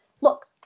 look